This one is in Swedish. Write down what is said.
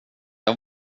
jag